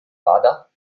vada